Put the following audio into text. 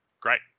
Great